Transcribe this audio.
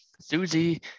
Susie